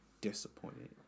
Disappointed